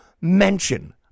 mention